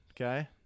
okay